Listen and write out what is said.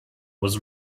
was